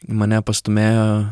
mane pastūmėjo